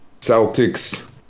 celtics